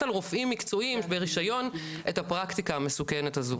על רופאים מקצועיים ברישיון - את הפרקטיקה המסוכנת הזו.